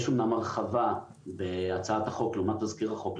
יש אמנם הרחבה בהצעת החוק לעומת תסקיר החוק,